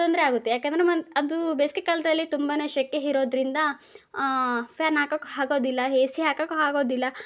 ತೊಂದರೆ ಆಗುತ್ತೆ ಯಾಕೆಂದ್ರೆ ಮ ಅದು ಬೇಸಿಗೆ ಕಾಲದಲ್ಲಿ ತುಂಬಾ ಸೆಕೆ ಇರೋದ್ರಿಂದ ಫ್ಯಾನ್ ಹಾಕೋಕ್ ಆಗೋದಿಲ್ಲ ಎ ಸಿ ಹಾಕೋಕೆ ಆಗೋದಿಲ್ಲ